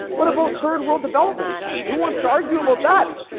what about third world development? who wants to argue about that?